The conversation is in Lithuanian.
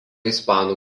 ispanų